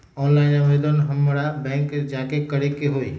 Online आवेदन हमरा bank जाके करे के होई?